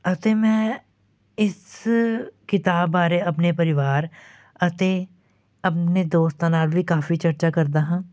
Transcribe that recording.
ਅਤੇ ਮੈਂ ਇਸ ਕਿਤਾਬ ਬਾਰੇ ਆਪਣੇ ਪਰਿਵਾਰ ਅਤੇ ਆਪਣੇ ਦੋਸਤਾਂ ਨਾਲ ਵੀ ਕਾਫੀ ਚਰਚਾ ਕਰਦਾ ਹਾਂ